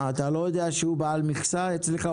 מה אתה לא יודע שהוא בעל מכסה אצלך?